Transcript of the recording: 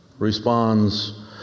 Responds